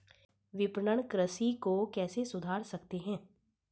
विपणन कृषि को कैसे सुधार सकते हैं?